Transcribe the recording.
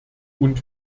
und